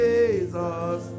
Jesus